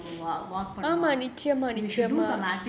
இந்த பண்ணி நம்ம பண்லாம்:intha panni namma panlaam